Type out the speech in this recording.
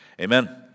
Amen